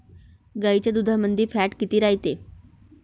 गाईच्या दुधामंदी फॅट किती रायते?